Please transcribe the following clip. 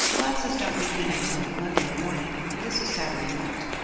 classes don't begin until monday morning, and this is saturday night.